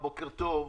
בוקר טוב.